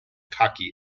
cocky